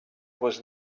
was